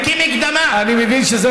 כמקדמה של קק"ל.